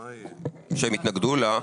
שהם התנגדו לה: